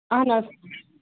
اہَن حظ